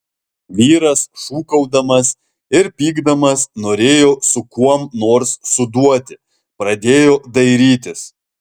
vyras šūkaudamas ir pykdamas norėjo su kuom nors suduoti pradėjo dairytis